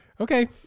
Okay